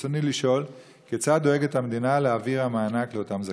רצוני לשאול: כיצד דואגת המדינה להעביר את המענק לאותם זכאים?